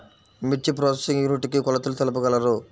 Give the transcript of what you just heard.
మిర్చి processing unit కి కొలతలు తెలుపగలరు?